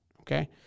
Okay